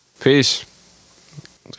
peace